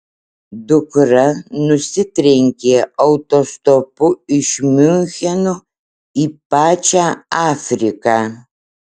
dukra nusitrenkė autostopu iš miuncheno į pačią afriką